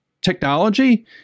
technology